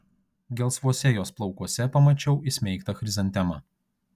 gelsvuose jos plaukuose pamačiau įsmeigtą chrizantemą